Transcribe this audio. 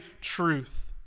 truth